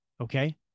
okay